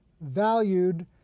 valued